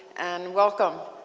and welcome.